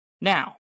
Now